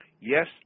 Yes